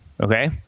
Okay